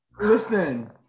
Listen